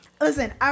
Listen